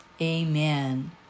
amen